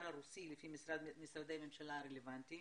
הרוסי לפי משרדי הממשלה הרלוונטיים,